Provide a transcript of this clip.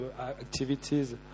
activities